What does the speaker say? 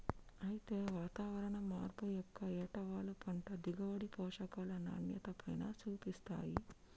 అయితే వాతావరణం మార్పు యొక్క ఏటవాలు పంట దిగుబడి, పోషకాల నాణ్యతపైన సూపిస్తాయి